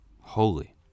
Holy